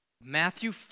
Matthew